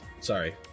Sorry